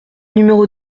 numéro